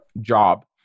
job